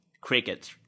Crickets